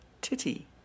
titty